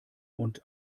und